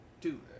two